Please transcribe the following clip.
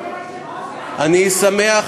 אני שמח,